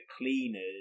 cleaners